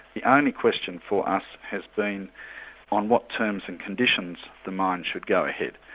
the only question for us has been on what terms and conditions the mine should go ahead,